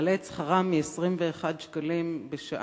הסכם שמעלה את שכרם מ-21 שקלים בשעה,